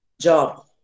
job